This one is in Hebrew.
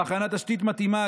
בהכנת תשתית מתאימה,